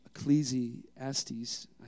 Ecclesiastes